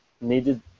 needed